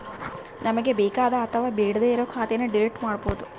ನಮ್ಗೆ ಬೇಕಾದ ಅಥವಾ ಬೇಡ್ಡೆ ಇರೋ ಖಾತೆನ ಡಿಲೀಟ್ ಮಾಡ್ಬೋದು